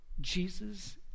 Jesus